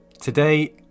Today